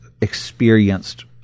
experienced